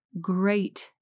Great